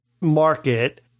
market